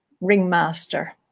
ringmaster